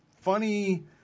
funny